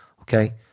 okay